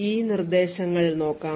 ഈ നിർദ്ദേശങ്ങൾ നോക്കാം